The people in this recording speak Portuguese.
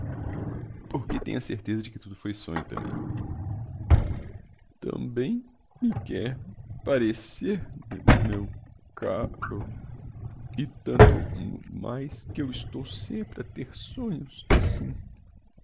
que tenho a certeza de que tudo foi sonho tambem tambem me quer parecer m meu ca ro e tanto m mais que eu estou sempre a ter sonhos assim